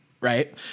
Right